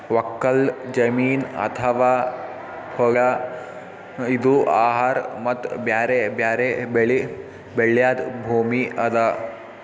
ಒಕ್ಕಲ್ ಜಮೀನ್ ಅಥವಾ ಹೊಲಾ ಇದು ಆಹಾರ್ ಮತ್ತ್ ಬ್ಯಾರೆ ಬ್ಯಾರೆ ಬೆಳಿ ಬೆಳ್ಯಾದ್ ಭೂಮಿ ಅದಾ